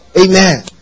Amen